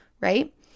right